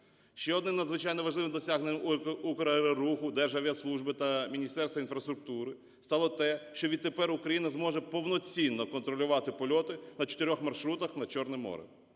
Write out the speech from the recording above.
Ще одним надзвичайно важливим досягненням "Украероруху", Державіаслужби та Міністерства інфраструктури стало те, що відтепер Україна зможе повноцінно контролювати польоти на чотирьох маршрутах над Чорним морем.